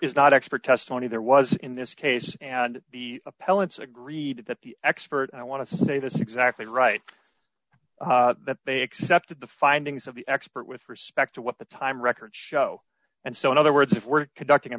is not expert testimony there was in this case and the appellant's agreed that the expert i want to say this exactly right that they accepted the findings of the expert with respect to what the time records show and so in other words if we're conducting a